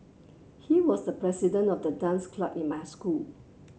he was the president of the dance club in my school